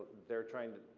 they're trying to,